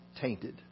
tainted